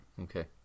okay